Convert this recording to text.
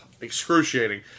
excruciating